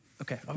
Okay